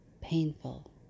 painful